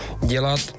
dělat